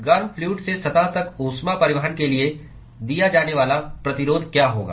गर्म फ्लूअड से सतह तक ऊष्मा परिवहन के लिए दिया जाने वाला प्रतिरोध क्या होगा